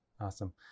Awesome